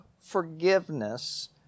forgiveness